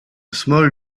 small